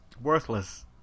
Worthless